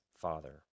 father